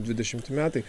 dvidešimti metai